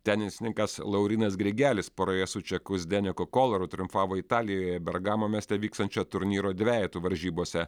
tenisininkas laurynas grigelis poroje su čeku sdeniu kokolaru triumfavo italijoje bergamo mieste vykstančio turnyro dvejetų varžybose